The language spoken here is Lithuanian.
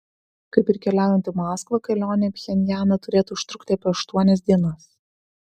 kaip ir keliaujant į maskvą kelionė į pchenjaną turėtų užtrukti apie aštuonias dienas